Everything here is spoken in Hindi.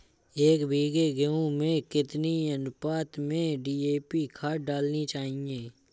एक बीघे गेहूँ में कितनी अनुपात में डी.ए.पी खाद डालनी चाहिए?